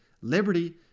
Liberty